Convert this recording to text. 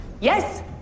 Yes